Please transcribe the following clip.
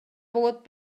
болот